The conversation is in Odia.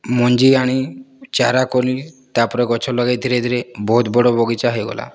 ମଞ୍ଜି ଆଣି ଚାରା କଲି ତା' ପରେ ଗଛ ଲଗାଇ ଧୀରେ ଧୀରେ ବହୁତ ବଡ଼ ବଗିଚା ହୋଇଗଲା